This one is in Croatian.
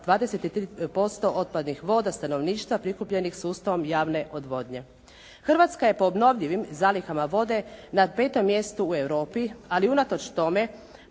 23% otpadnih voda stanovništva prikupljenih sustavom javne odvodnje. Hrvatska je po obnovljivim zalihama vode na 5. mjestu u Europi, ali unatoč tome